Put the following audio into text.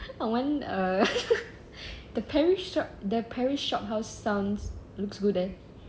I want uh the paris sho~ the paris shophouse sounds looks good eh